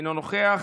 אינה נוכחת,